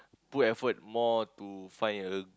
put effort more to find a